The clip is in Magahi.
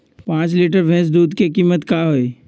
पाँच लीटर भेस दूध के कीमत का होई?